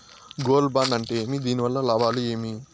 Gold bond అంటే ఏమి? దీని వల్ల లాభాలు ఏమి?